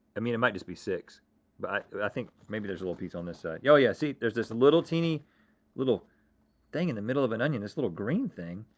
i mean, it might just be six, but i think maybe there's a little piece on this side. oh yeah, see, there's this a little teeny little thing in the middle of an onion, this little green thing.